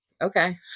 Okay